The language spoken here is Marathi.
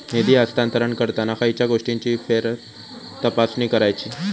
निधी हस्तांतरण करताना खयच्या गोष्टींची फेरतपासणी करायची?